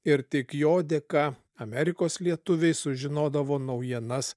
ir tik jo dėka amerikos lietuviai sužinodavo naujienas